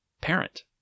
parent